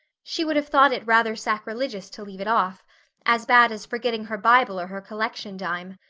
she would have thought it rather sacrilegious to leave it off as bad as forgetting her bible or her collection dime.